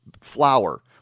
flour